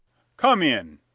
come in!